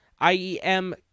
iem